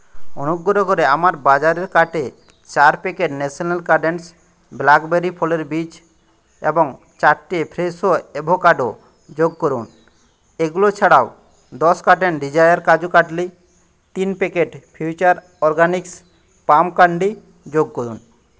অনুগ্রহ করে আমার বাজারের কার্টে চার প্যাকেট ন্যাশনাল গার্ডেন্স ব্ল্যাকবেরি ফলের বীজ এবং চারটে ফ্রেশো অ্যাভোকাডো যোগ করুন এগুলো ছাড়াও দশ কার্টন ডিজায়ার কাজুু কাটলি তিন packet Future Organics palm candy যোগ করুন